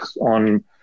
on